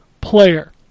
player